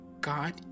God